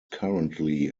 currently